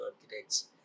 architects